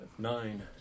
Nine